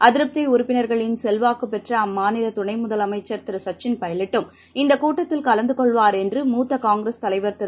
அதிருப்திஉறுப்பினர்களின் செல்வாக்குபெற்றஅம்மாநிலதுணைமுதலமைச்சர் திருசச்சின் பைவட்டும் இந்தக் கூட்டதில் கலந்தகொள்வார் என்று மூத்தகாங்கிரஸ் தலைவர் திரு